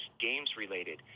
games-related